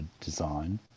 design